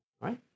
right